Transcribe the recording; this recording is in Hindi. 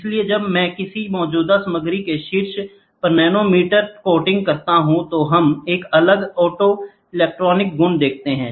इसलिए जब मैं किसी मौजूदा सामग्री के शीर्ष पर नैनोमीटर कोटिंग करता हूं तो हम एक अलग ऑप्टोइलेक्ट्रोनिक गुण देखते हैं